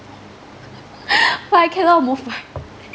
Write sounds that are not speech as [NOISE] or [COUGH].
[LAUGHS] but I cannot move my